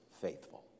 faithful